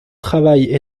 travail